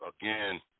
again